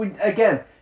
again